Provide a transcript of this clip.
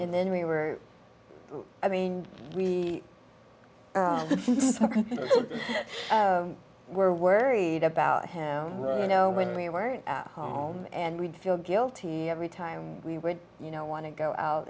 and then we were i mean we were worried about him you know when we were home and we'd feel guilty every time we would you know want to go out